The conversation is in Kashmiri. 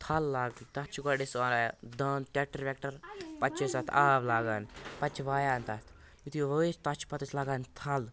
تھَل لاگٕنۍ تَتھ چھِ گۄڈٕ أسۍ وایان دانٛد ٹرٛیٚکٹَر ویٚکٹَر پَتہٕ چھِ أسۍ تَتھ آب لاگان پَتہٕ چھِ وایان تَتھ یُتھٕے وٲیِتھ تَتھ چھِ پَتہٕ أسۍ لاگان تھَل